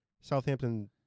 Southampton